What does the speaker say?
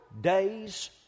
days